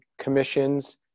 commissions